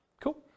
Cool